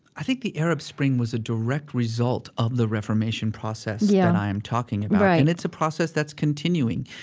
i think the arab spring was a direct result of the reformation process, yeah, and that i'm talking about right and it's a process that's continuing.